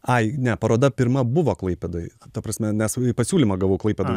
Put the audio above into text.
ai ne paroda pirma buvo klaipėdoj ta prasme nes pasiūlymą gavau klaipėdoj